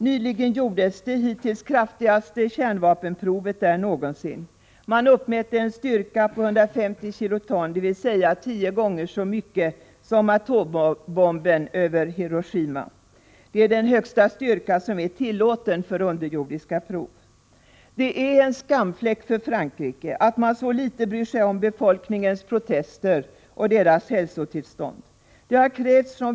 Nyligen gjorde man det hittills kraftigaste kärnvapenprovet där någonsin. Man uppmätte en styrka på 150 kiloton, dvs. tio gånger så mycket som atombomben i Hiroshima. Detta är den högsta styrka som är tillåten för underjordiska prov. Det är en skamfläck för Frankrike att man så litet bryr sig om befolkningens protester och hälsotillstånd.